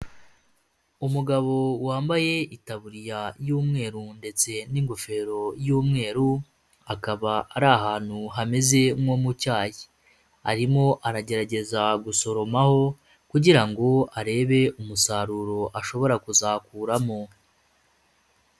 Umugabo wambaye itaburiya y'umweru ndetse n'ingofero y'umweru, akaba ari ahantu hameze nko mu cyayi, arimo aragerageza gusoromaho kugira ngo arebe umusaruro ashobora kuzakuramo.